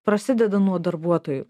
prasideda nuo darbuotojų